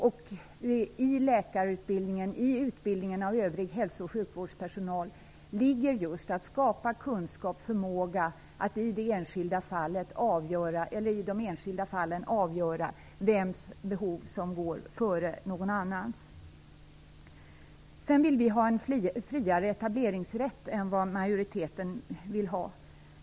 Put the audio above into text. I fråga om utbildningen av läkare och övrig hälso och sjukvårdspersonal är det viktigt att man just skapar kunskap och förmåga att i de enskilda fallen avgöra vems behov som går före en annans. Sedan vill vi ha en friare etableringsrätt än majoriteten.